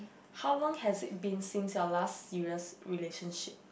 how long has it been since your last serious relationship